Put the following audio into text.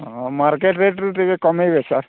ହଁ ମାର୍କେଟ୍ ରେଟ୍ରୁ ଟିକିଏ କମାଇବେ ସାର୍